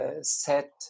set